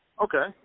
Okay